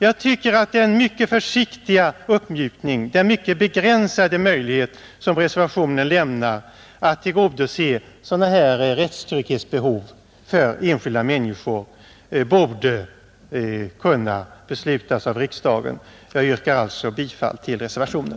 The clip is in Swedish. Jag tycker att den mycket försiktiga uppmjukning, den mycket begränsade möjlighet som reservationen lämnar att tillgodose sådana här rättstrygghetsbehov för enskilda människor borde kunna beslutas av riksdagen. Jag yrkar alltså bifall till reservationen.